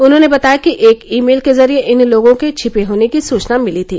उन्होंने बताया कि एक ई मेल के जरिये इन लोगों के छिपे होने की सूचना मिली थी